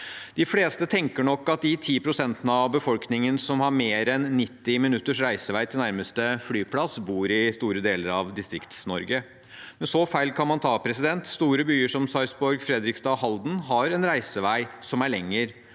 De fleste tenker nok at de ti prosentene av befolkningen som har mer enn 90 minutters reisevei til nærmeste flyplass, bor i store deler av Distrikts-Norge. Så feil kan man ta. Store byer som Sarpsborg, Fredrikstad og Halden har en reisevei som er lengre,